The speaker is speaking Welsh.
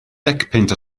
decpunt